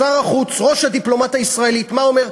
שר החוץ, ראש הדיפלומטיה הישראלית, מה אומר?